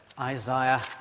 Isaiah